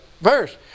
verse